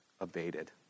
abated